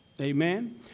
amen